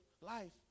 life